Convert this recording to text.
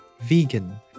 vegan